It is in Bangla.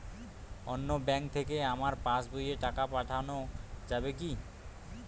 অন্য ব্যাঙ্ক থেকে আমার পাশবইয়ে টাকা পাঠানো যাবে কি?